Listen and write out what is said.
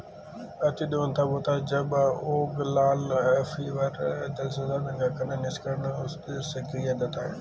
अतिदोहन तब होता है जब ओगलाला एक्वीफर, जल संसाधन का खनन, निष्कर्षण उस दर से किया जाता है